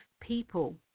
people